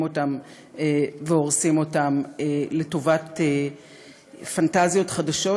אותם והורסים אותם לטובת פנטזיות חדשות.